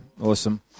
Awesome